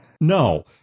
No